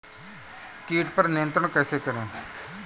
कीट पर नियंत्रण कैसे करें?